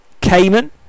Cayman